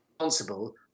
Responsible